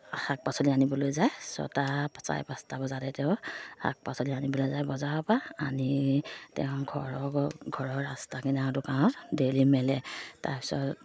শাক পাচলি আনিবলৈ যায় ছটা চাৰে পাঁচটা বজাতে তেওঁ শাক পাচলি আনিবলৈ যায় বজাৰৰ পৰা আনি তেওঁ ঘৰ ঘৰৰ ৰাস্তা কিনাৰৰ দোকানত ডেইলি মেলে তাৰপিছত